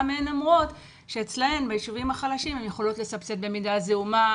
גם הן אומרות שביישובים החלשים אצלן הן יכולות לסבסד במידה זעומה,